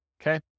okay